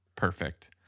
Perfect